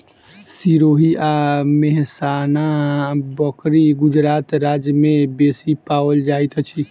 सिरोही आ मेहसाना बकरी गुजरात राज्य में बेसी पाओल जाइत अछि